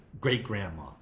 great-grandma